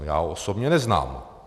Já ho osobně neznám.